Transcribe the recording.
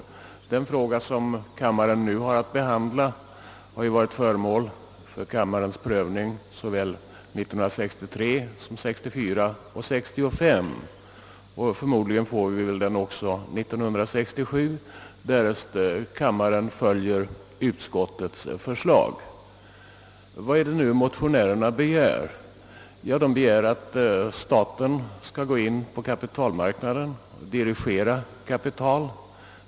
Den fråga som kammaren nu har att behandla har ju varit föremål för kammarens prövning såväl 1963 som 1964 och 1965, och förmodligen tas den upp också 1967, därest kammaren följer utskottets förslag. Vad är det nu motionärerna begär? Jo, de begär att staten skall gå in på kapitalmarknaden och dirigera kapital åt visst håll.